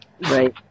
Right